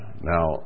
Now